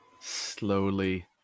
slowly